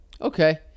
Okay